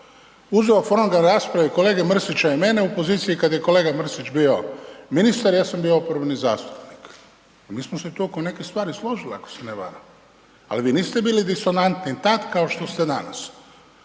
uzeo fonogram rasprave kolege Mrsića i mene u poziciji kada je kolega Mrsić bio ministar, ja sam bio oporbeni zastupnik. Mi smo se tu oko nekih stvari složili ako se ne varam, ali vi niste bili disonantni tada kao što ste danas,